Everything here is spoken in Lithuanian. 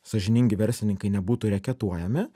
sąžiningi verslininkai nebūtų reketuojami